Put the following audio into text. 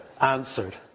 answered